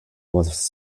was